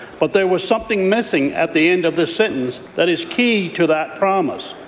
but there was something missing at the end of the sentence that is key to that promise,